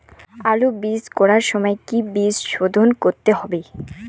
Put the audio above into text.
আলু চাষ করার সময় কি বীজ শোধন করতে হবে?